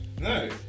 no